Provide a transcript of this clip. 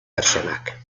pertsonak